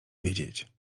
wiedzieć